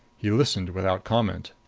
he listened without comment.